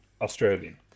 Australian